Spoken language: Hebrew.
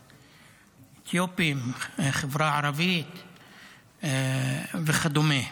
אתיופים, החברה הערבית וכדומה.